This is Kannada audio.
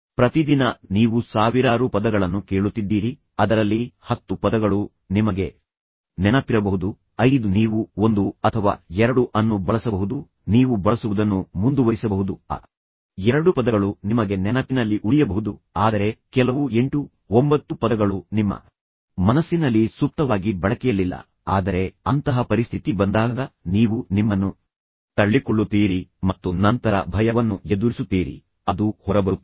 ಪ್ರತಿದಿನ ನೀವು ಸಾವಿರಾರು ಪದಗಳನ್ನು ಕೇಳುತ್ತಿದ್ದೀರಿ ಅದರಲ್ಲಿ 10 ಪದಗಳು ನಿಮಗೆ ನೆನಪಿರಬಹುದು 5 ನೀವು 1 ಅಥವಾ 2 ಅನ್ನು ಬಳಸಬಹುದು ನೀವು ಬಳಸುವುದನ್ನು ಮುಂದುವರಿಸಬಹುದು ಆ 2 ಪದಗಳು ನಿಮಗೆ ನೆನಪಿನಲ್ಲಿ ಉಳಿಯಬಹುದು ಆದರೆ ಕೆಲವು 8 9 ಪದಗಳು ನಿಮ್ಮ ಮನಸ್ಸಿನಲ್ಲಿ ಸುಪ್ತವಾಗಿ ಬಳಕೆಯಲ್ಲಿಲ್ಲ ಆದರೆ ಅಂತಹ ಪರಿಸ್ಥಿತಿ ಬಂದಾಗ ನೀವು ನಿಮ್ಮನ್ನು ತಳ್ಳಿಕೊಳ್ಳುತ್ತೀರಿ ಮತ್ತು ನಂತರ ಭಯವನ್ನು ಎದುರಿಸುತ್ತೀರಿ ಅದು ಹೊರಬರುತ್ತದೆ